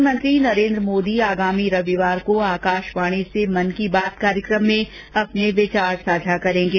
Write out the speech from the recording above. प्रधानमंत्री नरेन्द्र मोदी आगामी रविवार को आकाशवाणी से मन की बात कार्यक्रम में अपने विचार साझा करेंगे